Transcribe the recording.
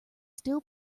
still